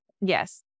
Yes